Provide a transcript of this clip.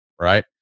right